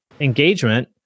engagement